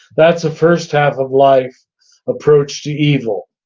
that's a first half of life approach to evil.